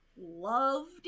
loved